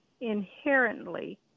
inherently